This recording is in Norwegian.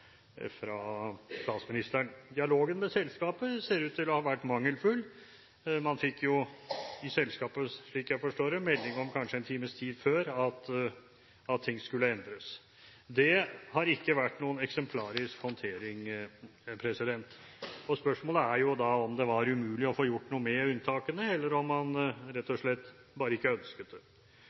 fra næringsministeren og statsministeren i pressekonferansen den 18. november. Dialogen med selskapet ser ut til å ha vært mangelfull. Man fikk i selskapet – slik jeg forstår det – melding en times tid før om at ting skulle endres. Det har ikke vært noen eksemplarisk håndtering. Spørsmålet er om det var umulig å få gjort noe med unntakene, eller om man rett og slett bare ikke ønsket det.